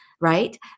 right